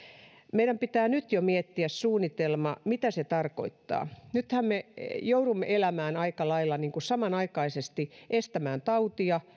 meidän pitää nyt jo miettiä sunnitelma mitä se tarkoittaa nythän me joudumme aika lailla elämään niin että samanaikaisesti estetään tautia